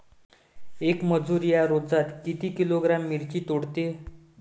येक मजूर या रोजात किती किलोग्रॅम मिरची तोडते?